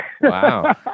Wow